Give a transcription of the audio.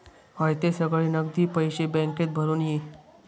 हयते सगळे नगदी पैशे बॅन्केत भरून ये